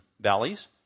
valleys